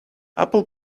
apple